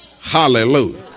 Hallelujah